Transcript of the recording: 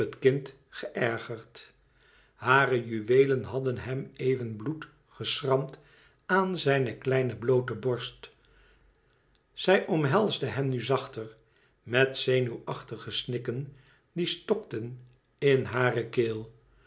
kind geërgerd hare juweelen hadden hem even bloed geschramd aan zijne kleine bloote borst zij omhelsde hem nu zachter met zenuwachtige snikken die stokten in hare keel